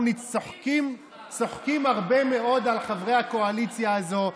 אנחנו צוחקים הרבה מאוד על חברי הקואליציה הזו,